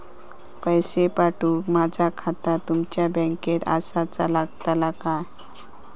पैसे पाठुक माझा खाता तुमच्या बँकेत आसाचा लागताला काय?